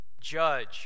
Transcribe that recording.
judge